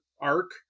arc